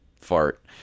fart